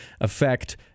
affect